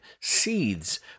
seeds